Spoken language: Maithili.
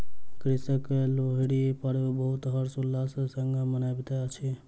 कृषक लोहरी पर्व बहुत हर्ष उल्लास संग मनबैत अछि